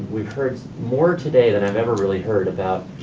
we've heard more today than i've ever really heard about